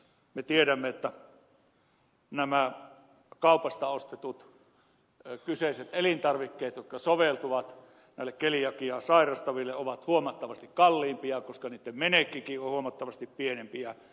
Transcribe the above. me tiedämme että nämä kaupasta ostetut kyseiset elintarvikkeet jotka soveltuvat näille keliakiaa sairastaville ovat huomattavasti kalliimpia koska niiden menekkikin on huomattavasti pienempi